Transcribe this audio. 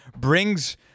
brings